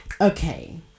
okay